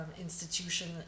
institution